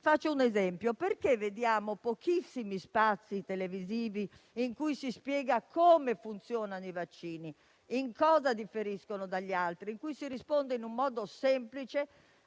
Faccio un esempio: perché vediamo pochissimi spazi televisivi in cui si spiega come funzionano i vaccini e in cosa differiscono dagli altri? In cui si risponde in modo semplice